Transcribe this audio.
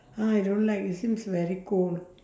ah I don't like it seems very cold